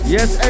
Yes